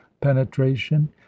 penetration